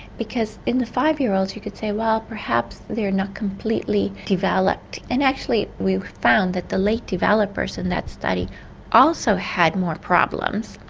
because in the five year olds you could say well perhaps they are not completely developed. and actually we found that the late developers in that study also had more problems.